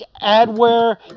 adware